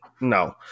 No